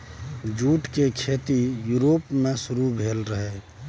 jute केर खेती Europe मे शुरु भेल रहइ